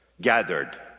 Gathered